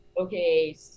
Okay